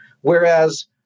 Whereas